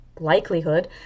likelihood